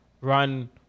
run